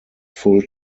full